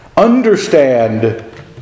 Understand